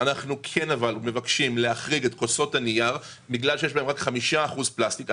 אנחנו מבקשים להחריג ממנו את כוסות הנייר בגלל שיש בהן רק 5% של פלסטיק.